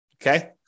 Okay